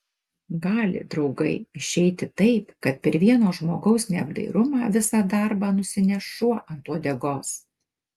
gali draugai išeiti taip kad per vieno žmogaus neapdairumą visą darbą nusineš šuo ant uodegos